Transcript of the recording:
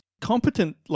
competent